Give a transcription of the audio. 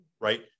right